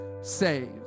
saved